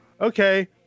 okay